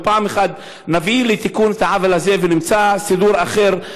ופעם אחת נביא לתיקון העוול הזה ונמצא סידור אחר,